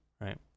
Right